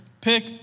pick